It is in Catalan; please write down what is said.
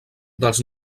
dels